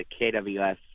KWS